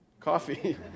Coffee